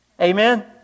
Amen